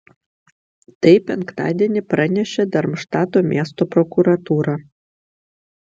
tai penktadienį pranešė darmštato miesto prokuratūra